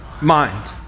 mind